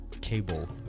cable